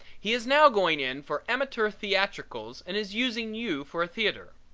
he is now going in for amateur theatricals and is using you for a theatre.